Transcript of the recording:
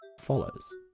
Follows